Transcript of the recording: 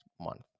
month